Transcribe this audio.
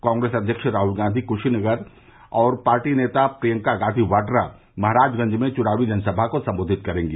कॉंग्रेस अध्यक्ष राहुल गांधी कुशीनगर में और पार्टी नेता प्रियंका गांधी वाड्रा महराजगंज में चुनावी जनसभा को सम्बोधित करेंगी